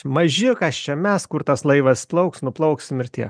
maži kas čia mes kur tas laivas plauks nuplauksim ir tie